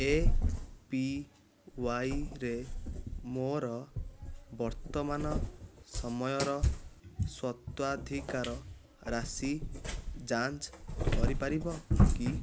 ଏପିୱାଇରେ ମୋର ବର୍ତ୍ତମାନ ସମୟର ସ୍ୱତ୍ୱାଧିକାର ରାଶି ଯାଞ୍ଚ କରିପାରିବ କି